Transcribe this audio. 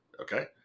Okay